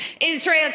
Israel